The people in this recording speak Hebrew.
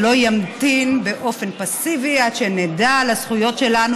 ולא ימתין באופן פסיבי עד שנדע על הזכויות שלנו